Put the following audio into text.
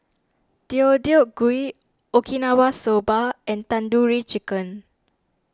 Deodeok Gui Okinawa Soba and Tandoori Chicken